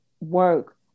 work